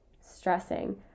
stressing